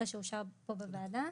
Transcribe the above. אחרי שאושר פה בוועדה,